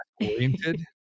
oriented